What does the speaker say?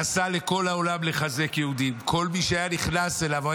נסע לכל העולם לחזק יהודים, כל מי שהיה נכנס אליו.